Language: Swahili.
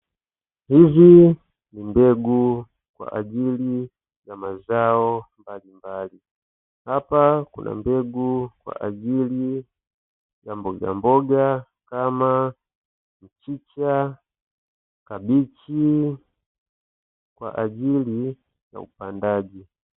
Hizi ni mbegu kwa ajili ya mazao mbalimbali, hapa kuna mbegu kwa ajili ya mbogamboga kama: mchicha, kabichi kwa ajili ya upandaji.